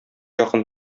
якын